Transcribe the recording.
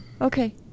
Okay